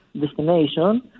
destination